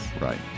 Right